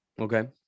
Okay